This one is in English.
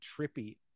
trippy